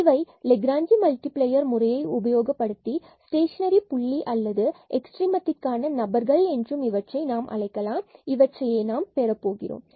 இவை Lagrange multiplier முறையில் உபயோகப்படுகிறது ஸ்டேஷனரி பாயின்ட் அல்லது எக்ஸ்ட்ரீமத்திற்க்கான நபர்கள் என்றும் அழைக்கலாம் இவற்றை பெறப் போகிறோம்